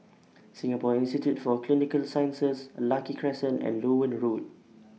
Singapore Institute For Clinical Sciences Lucky Crescent and Loewen Road